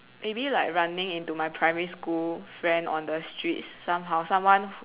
maybe like running into my primary school friend on the streets somehow someone